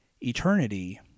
eternity